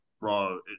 bro